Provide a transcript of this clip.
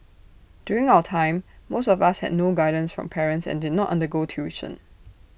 during our time most of us had no guidance from parents and did not undergo tuition